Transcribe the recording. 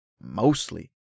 Mostly